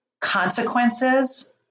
consequences